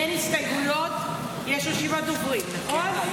חבר'ה, אין הסתייגויות, יש רשימת דוברים, נכון?